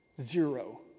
zero